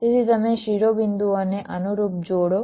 તેથી તમે શિરોબિંદુઓને અનુરૂપ જોડો